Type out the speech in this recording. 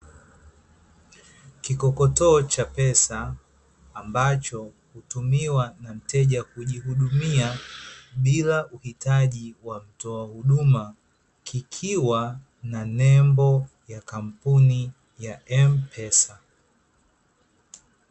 Kikokotoo cha pesa, ambacho hutumiwa na mteja kujihudumia bila uhitaji wa mtoa huduma, kikiwa na nembo ya kampuni ya ''M-pesa''.